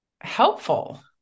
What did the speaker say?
helpful